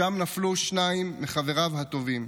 שם נפלו שניים מחבריו הטובים.